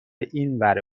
اینور